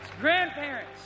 grandparents